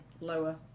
lower